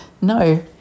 No